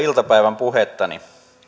iltapäivän puhettani